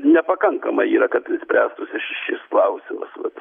nepakankama yra kad spręstųsi šis klausimas vat